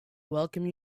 welcome